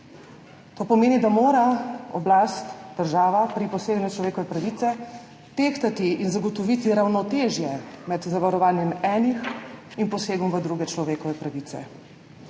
to pomeni, da mora oblast – država – pri posegu v človekove pravice tehtati in zagotoviti ravnotežje med zavarovanjem enih in posegom v druge človekove pravice.